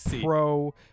pro